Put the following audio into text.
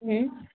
हं